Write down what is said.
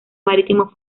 marítimo